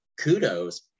kudos